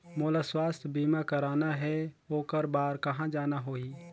मोला स्वास्थ बीमा कराना हे ओकर बार कहा जाना होही?